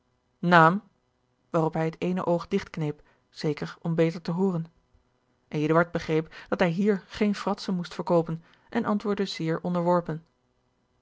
waarop hij het eene oog digtkneep zeker om beter te hooren eduard begreep dat hij hier geene fratsen moest verkoopen en antwoordde zeer onderworpen